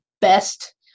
best